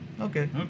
Okay